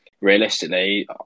realistically